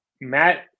Matt